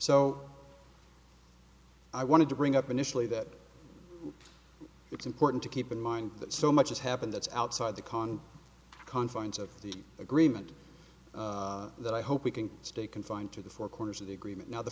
so i wanted to bring up initially that it's important to keep in mind that so much has happened that's outside the con confines of the agreement that i hope we can stay confined to the four corners of the agreement now the